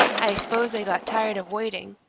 i s'pose they got tired of waiting.